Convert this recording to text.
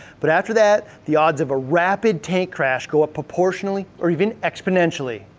but after that, the odds of a rapid tank crash go up proportionately or even exponentially.